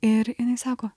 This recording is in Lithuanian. ir jinai sako